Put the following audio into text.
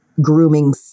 grooming